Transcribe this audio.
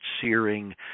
searing